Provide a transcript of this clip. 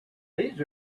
these